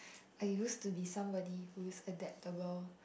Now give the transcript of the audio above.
I used to be somebody who is adaptable